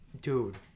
Dude